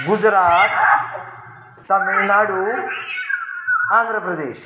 Gujarat Tamil Nadu Andhra Pradesh